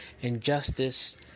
Injustice